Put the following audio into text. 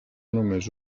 només